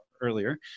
earlier